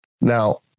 now